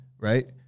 right